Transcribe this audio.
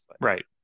Right